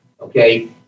Okay